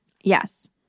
Yes